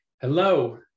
hello